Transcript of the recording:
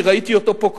שראיתי אותו פה קודם,